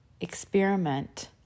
experiment